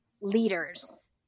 Leaders